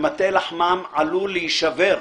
ומטה לחמם עלול להישבר.